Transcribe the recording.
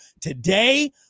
today